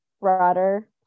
broader